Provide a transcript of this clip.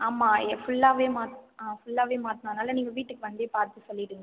ஆமா ஃபுல்லாகவே ஆ ஃபுல்லாகவே மாற்றணும் அதனால் நீங்கள் வீட்டுக்கு வந்தே பார்த்து சொல்லிவிடுங்க